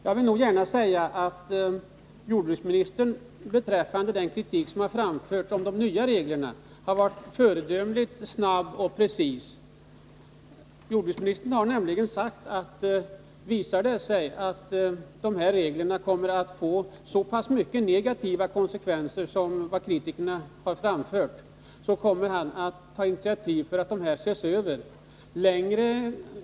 Jag vill gärna säga att jordbruksministern i samband med den kritik som har framförts mot de nya reglerna har varit föredömligt snabb och precis. Han har nämligen sagt att visar det sig att de här reglerna får så negativa konsekvenser som kritikerna har antytt, kommer han att ta initiativ till att de skall ses över.